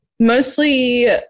Mostly